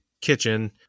kitchen